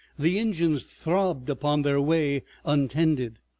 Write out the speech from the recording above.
the engines throbbed upon their way untended,